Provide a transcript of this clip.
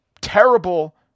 terrible